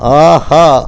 ஆஹா